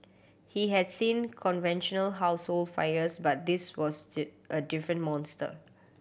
he had seen conventional household fires but this was a different monster